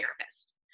therapist